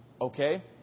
Okay